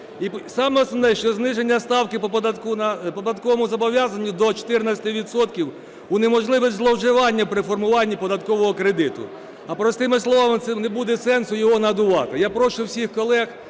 Саме основне, що зниження ставки по податковому зобов'язанню до 14 відсотків унеможливить зловживання при формуванні податкового кредиту. А простими словами, це не буде сенсу його надавати. Я прошу всіх колег